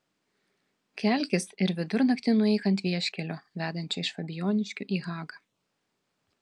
kelkis ir vidurnaktį nueik ant vieškelio vedančio iš fabijoniškių į hagą